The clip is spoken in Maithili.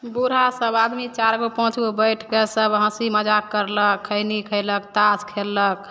बूढ़ा सभ आदमी चारि गो पाँच गो बैठिके सभ हँसी मजाक करलक खैनी खएलक ताश खेललक